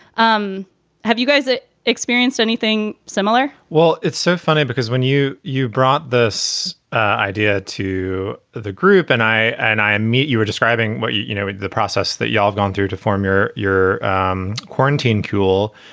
um have you guys ah experienced anything similar? well, it's so funny because when you you brought this idea to the group and i and i meet you were describing what, you you know, the process that you ah have gone through to form your your um quarantine. cool.